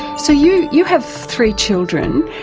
so you you have three children,